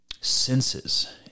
senses